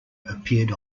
appeared